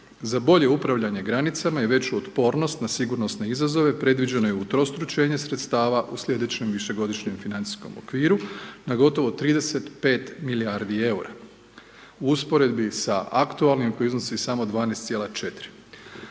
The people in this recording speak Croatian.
Za bolje upravljanje granicama i veću otpornost na sigurnosne izazove predviđeno je utrostručenje sredstava u slijedećem višegodišnjem financijskom okviru na gotovo 35 milijardi EUR-a. U usporedbi sa aktualnim koji iznosi samo 12,4.